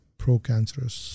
pro-cancerous